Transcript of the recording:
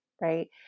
Right